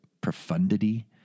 profundity